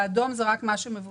האדום זה רק מה שמבוצע,